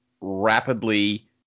rapidly